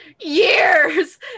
years